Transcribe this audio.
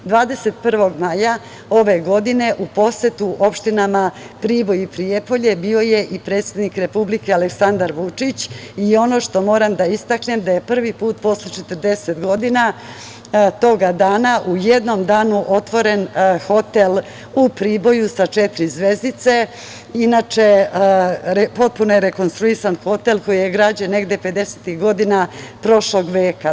Dakle, 21. maja ove godine, u posetu opštinama Priboj i Prijepolje, bio je i predsednik Aleksandar Vučić, i ono što moram da istaknem da je prvi put posle 40 godina, toga dana u jednom danu otvoren hotel u Priboju sa 4 zvezdice, inače, potpuno je rekonstruisan hotel koji je građen negde 50. tih godina prošlog veka.